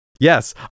yes